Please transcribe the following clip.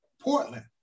Portland